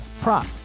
prop